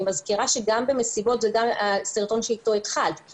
אני מזכירה שבמסיבות קיים גם מה שראינו בתחילת הדיון בסרטון שהוקרן כאן.